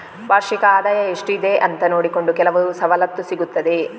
ವಾರ್ಷಿಕ ಆದಾಯ ಎಷ್ಟು ಇದೆ ಅಂತ ನೋಡಿಕೊಂಡು ಕೆಲವು ಸವಲತ್ತು ಸಿಗ್ತದೆ